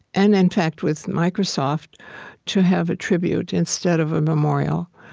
and in fact, with microsoft to have a tribute instead of a memorial